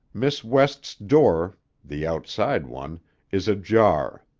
miss west's door the outside one is ajar.